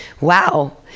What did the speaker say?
Wow